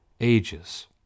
ages